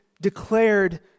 declared